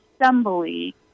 assembly